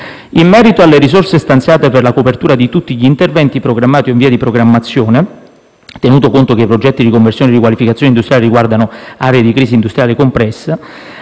In merito alle risorse stanziate per la copertura di tutti gli interventi programmati o in via di programmazione, tenuto conto dei progetti di conversione e riqualificazione industriale che riguardano aree di crisi industriale complessa,